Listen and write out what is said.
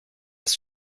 ist